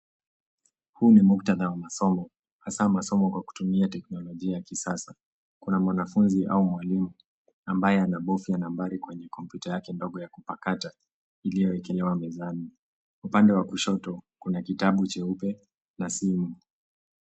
Huu ni muktadha wa masomo hasa masomo kwa kutumia teknolojia ya kisasa. Kuna mwanafunzi au mwalimu ambaye anabofya nambari kwenye kompyuta yake ndogo ya kupakata iliyowekelewa mezani. Upande wa kushoto, kuna kitabu cheupe na simu.